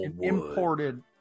imported